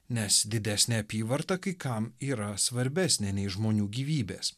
nes didesnė apyvarta kai kam yra svarbesnė nei žmonių gyvybės